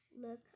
Look